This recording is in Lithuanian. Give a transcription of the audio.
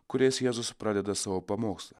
kurias jėzus pradeda savo pamokslą